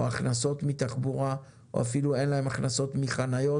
הכנסות מתחבורה או אפילו אין להם הכנסות מחניות